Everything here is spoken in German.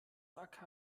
akw